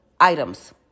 items